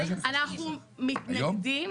אנחנו מתנגדים